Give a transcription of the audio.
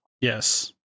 Yes